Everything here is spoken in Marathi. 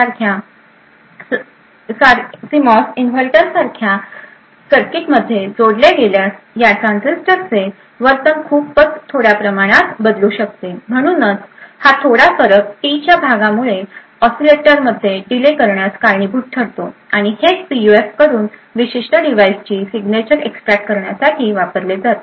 सीमॉस इन्व्हर्टर सारख्या सर्किटमध्ये जोडले गेल्यास या ट्रान्झिस्टरचे वर्तन खूपच थोड्या प्रमाणात बदलू शकते म्हणूनच हा थोडा फरक टी च्या भागामुळे ओसीलेटरमध्ये डिले करण्यास कारणीभूत ठरतो आणि हेच पीयूएफ कडून विशिष्ट डिव्हाइसची सिग्नेचर एक्सट्रॅक्ट करण्यासाठी वापरले जाते